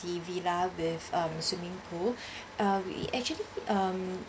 the villa with um swimming pool uh we actually um